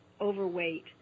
overweight